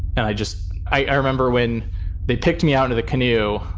and i just i remember when they picked me out of the canoe,